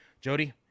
Jody